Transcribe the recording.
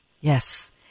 Yes